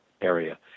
area